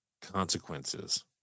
consequences